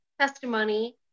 testimony